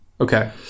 Okay